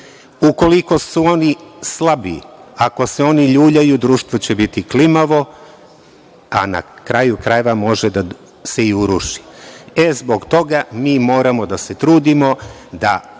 Ukoliko su oni slabi, ako se oni ljuljaju, društvo će biti klimavo, a na kraju krajeva može da se i uruši. E, zbog toga mi moramo da se trudimo da